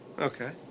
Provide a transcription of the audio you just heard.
Okay